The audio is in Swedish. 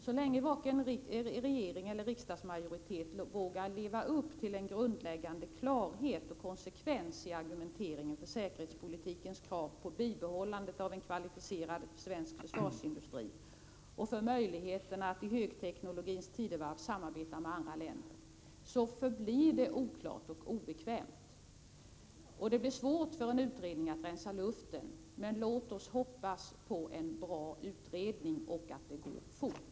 Så länge varken regering eller riksdagsmajoritet vågar leva upp till en grundläggande klarhet och konsekvens i argumenteringen för säkerhetspolitikens krav på bibehållande av en kvalificerad svensk försvarsindustri och för möjligheten att i högteknologins tidevarv samarbeta med andra länder, förblir det oklart och obekvämt, och det blir svårt för en utredning att rensa luften. Men låt oss hoppas på en bra utredning och att dess arbete går fort.